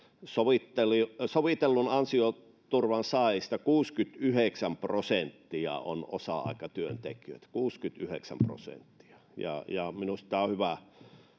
sovitellun ansioturvan saajista kuusikymmentäyhdeksän prosenttia on osa aikatyöntekijöitä kuusikymmentäyhdeksän prosenttia ja ja minusta tämä on hyvä